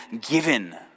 given